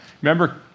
Remember